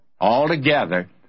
altogether